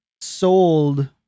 sold